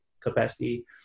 capacity